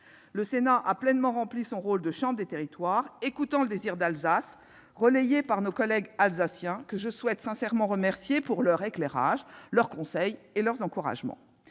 Le Sénat a pleinement rempli son rôle de chambre des territoires en écoutant le « désir d'Alsace » relayé par nos collègues sénateurs alsaciens, que je souhaite sincèrement remercier pour leurs éclairages, leurs conseils et leurs encouragements.